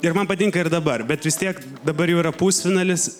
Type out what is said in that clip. ir man patinka ir dabar bet vis tiek dabar jau yra pusfinalis